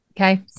Okay